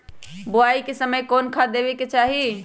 बोआई के समय कौन खाद देवे के चाही?